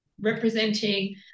representing